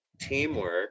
teamwork